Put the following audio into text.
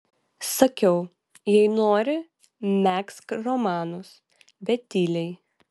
sakiau jei nori megzk romanus bet tyliai